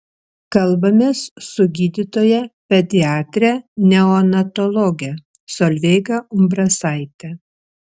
kalbamės su gydytoja pediatre neonatologe solveiga umbrasaite